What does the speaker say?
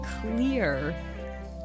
clear